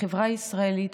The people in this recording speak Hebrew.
בחברה הישראלית,